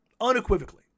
Unequivocally